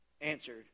answered